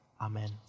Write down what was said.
amen